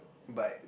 but